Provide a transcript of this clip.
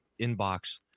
inbox